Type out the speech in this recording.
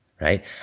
right